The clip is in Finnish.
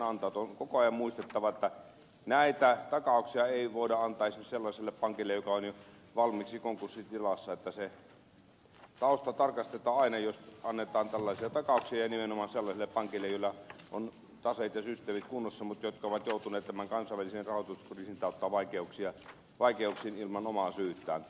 on koko ajan muistettava että näitä takauksia ei voida antaa esimerkiksi sellaiselle pankille joka on jo valmiiksi konkurssitilassa että se tausta tarkastetaan aina jos annetaan tällaisia takauksia ja nimenomaan sellaiselle pankille jolla on taseet ja systeemit kunnossa mutta joka on joutunut tämän kansainvälisen rahoituskriisin kautta vaikeuksiin ilman omaa syytään